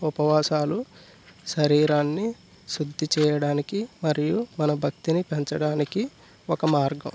ఉపవాసాలు శరీరాన్ని శుద్ధి చేయడానికి మరియు మన భక్తిని పెంచడానికి ఒక మార్గం